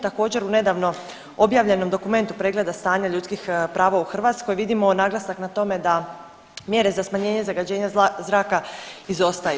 Također, u nedavno objavljenom dokumentu pregleda stanja ljudskih prava u Hrvatskoj vidimo naglasak na tome da mjere za smanjenje zagađenja zraka izostaju.